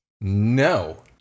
no